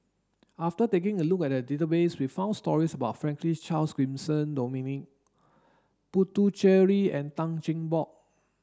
after taking a look at the database we found stories about Franklin Charles Gimson Dominic Puthucheary and Tan Cheng Bock